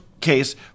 case